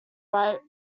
right